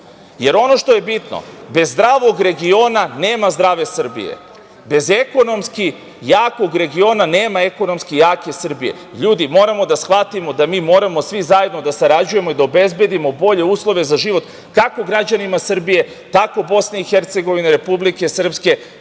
jer, ono što je bitno, bez zdravog regiona nema zdrave Srbije, bez ekonomski jakog regiona nema ekonomski jake Srbije. Ljudi, moramo da shvatimo da mi moramo svi zajedno da sarađujemo i da obezbedimo bolje uslove za život kako građanima Srbije, tako i BiH, Republike Srpske,